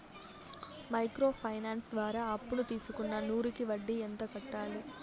Micro finance ద్వారా అప్పును తీసుకున్న నూరు కి వడ్డీ ఎంత కట్టాలి?